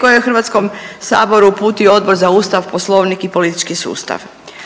koje je HS uputio Odbor za ustav, poslovnik i politički sustav.